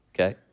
okay